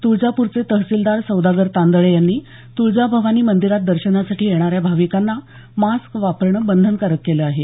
तुळजापूरचे तहसीलदार सौदागर तांदळे यांनी तुळजाभवानी मंदिरात दर्शनासाठी येणाऱ्या भाविकांना मास्क वापरणं बंधनकारक केलं आहे